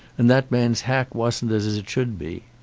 and that man's hack wasn't as it should be.